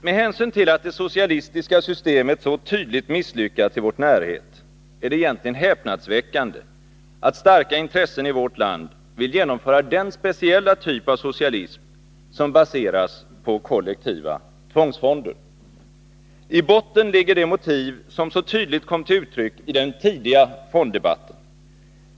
Med hänsyn till att det socialistiska systemet så tydligt misslyckats i vår närhet är det egentligen häpnadsväckande att starka intressen i vårt land vill genomföra den speciella typ av socialism som baseras på kollektiva tvångsfonder. I botten ligger det motiv som så tydligt kom till uttryck i den tidiga fonddebatten.